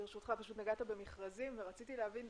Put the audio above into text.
נגעת במכרזים ורציתי להבין,